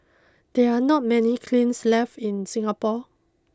there are not many kilns left in Singapore